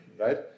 right